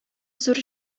зур